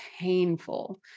painful